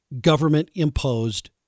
government-imposed